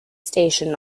station